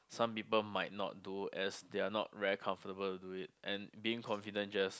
some people might not do as they are not very comfortable to do it and being confident just